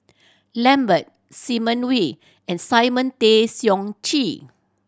Lambert Simon Wee and Simon Tay Seong Chee